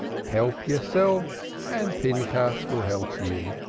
help yourselves and pinchas vill help you.